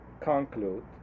conclude